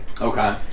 Okay